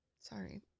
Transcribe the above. Sorry